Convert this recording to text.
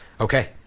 Okay